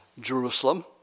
Jerusalem